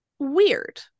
Weird